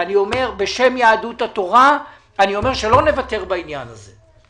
ואני אומר בשם יהדות התורה שלא נוותר בעניין הזה.